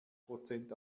prozent